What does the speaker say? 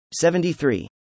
73